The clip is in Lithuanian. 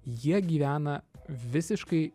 jie gyvena visiškai